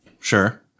Sure